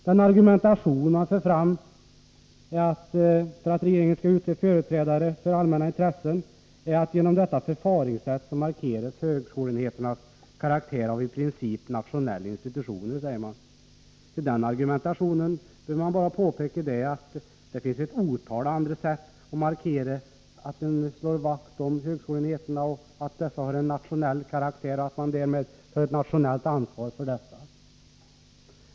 Den argumentation man för fram för att regeringen skall utse företrädare för allmänna intressen är att genom detta förfaringssätt markeras högskoleenheternas karaktär av i princip nationella institutioner. För att bemöta den argumentationen behöver man bara påpeka att det finns ett otal andra sätt att markera att man slår vakt om högskolorna, om att dessa har en nationell karaktär och att man därmed tar ett nationellt ansvar för dem.